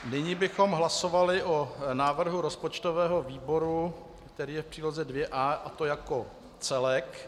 Nyní bychom hlasovali o návrhu rozpočtového výboru, který je v příloze 2A, a to jako celek.